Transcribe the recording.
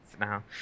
now